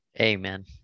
Amen